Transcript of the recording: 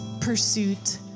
pursuit